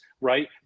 right